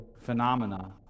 phenomena